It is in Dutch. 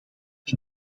het